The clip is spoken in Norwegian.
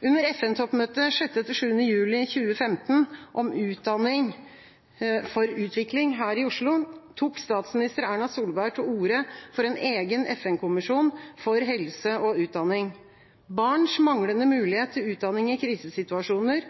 Under FN-toppmøtet 6.–7. juli 2015 om utdanning for utvikling her i Oslo tok statsminister Erna Solberg til orde for en egen FN-kommisjon for helse og utdanning. Barns manglende mulighet til utdanning i krisesituasjoner,